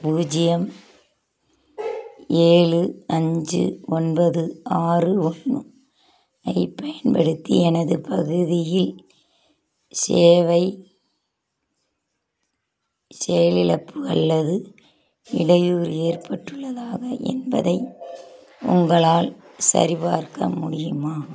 பூஜ்ஜியம் ஏழு அஞ்சு ஒன்பது ஆறு ஒன்று ஐப் பயன்படுத்தி எனது பகுதியில் சேவை செயலிழப்பு அல்லது இடையூறு ஏற்பட்டுள்ளதா என்பதை உங்களால் சரிபார்க்க முடியுமா